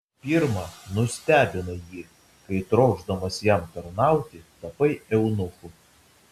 pirma nustebinai jį kai trokšdamas jam tarnauti tapai eunuchu